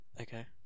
okay